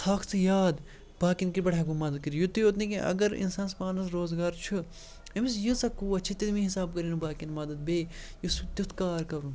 تھاوَکھ ژٕ یاد باقٕیَن کِتھ پٲٹھۍ ہٮ۪کہٕ بہٕ مدَد کٔرِتھ یُتُے یوت نہٕ کینٛہہ اگر اِنسانَس پاںَس روزگار چھُ أمِس ییٖژاہ قوت چھےٚ تیٚمی حِساب کٔرِنۍ باقٕیَن مَدَد بیٚیہِ یُس سُہ تیُتھ کار کَرُن